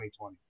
2020